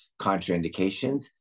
Contraindications